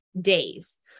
days